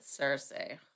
Cersei